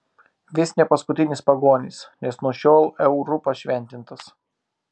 vis ne paskutinis pagonis nes nuo šiol euru pašventintas